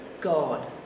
God